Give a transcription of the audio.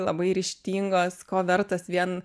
labai ryžtingos ko vertas vien